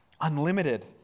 Unlimited